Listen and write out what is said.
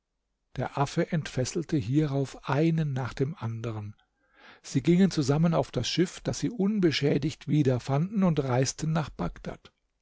der affe entfesselte hierauf einen nach dem andern sie gingen zusammen auf das schiff das sie unbeschädigt wiederfanden und reisten nach bagdad